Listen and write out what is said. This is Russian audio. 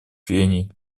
прений